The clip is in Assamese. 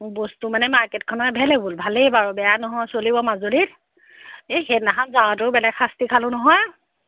বস্তু মানে মাৰ্কেটখনত এভেলএবোল ভালেই বাৰু বেয়া নহয় চলিব মাজুলীত এই সেইদিনাখন যাওঁতেও বেলেগ শাস্তি খালোঁ নহয়